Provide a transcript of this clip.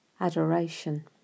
Adoration